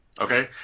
Okay